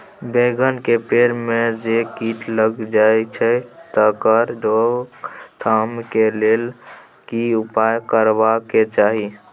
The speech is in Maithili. बैंगन के पेड़ म जे कीट लग जाय छै तकर रोक थाम के लेल की उपाय करबा के चाही?